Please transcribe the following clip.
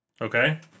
Okay